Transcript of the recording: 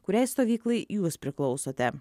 kuriai stovyklai jūs priklausote